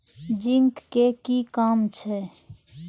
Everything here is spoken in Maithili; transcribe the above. जिंक के कि काम छै?